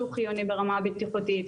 שהיא חיונית ברמה הבטיחותית,